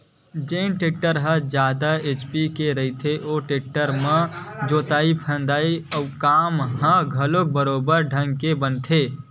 जेन टेक्टर ह जादा एच.पी के रहिथे ओ टेक्टर म जोतई फंदई के काम ह घलोक बरोबर बने ढंग के बनथे